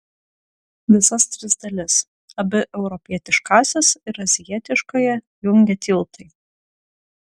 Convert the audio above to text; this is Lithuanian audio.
visas tris dalis abi europietiškąsias ir azijietiškąją jungia tiltai